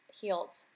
healed